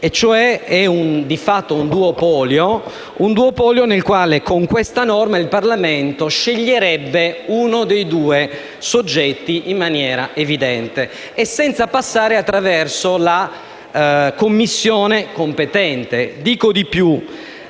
Di fatto c'è un duopolio rispetto al quale, con una norma siffatta, il Parlamento sceglierebbe uno dei due soggetti in maniera evidente e senza passare attraverso la Commissione competente.